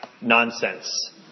nonsense